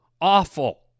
awful